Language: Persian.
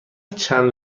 چند